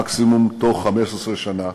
מקסימום בתוך 15 שנה,